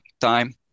time